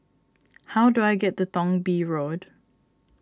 how do I get to Thong Bee Road